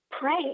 pray